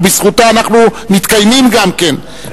ובזכותה אנחנו מתקיימים גם כן,